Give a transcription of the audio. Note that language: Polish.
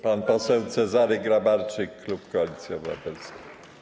Pan poseł Cezary Grabarczyk, klub Koalicji Obywatelskiej.